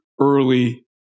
early